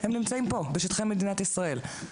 נמצאים פה בשטחי מדינת ישראל.